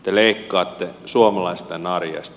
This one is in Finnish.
te leikkaatte suomalaisten arjesta